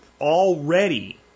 already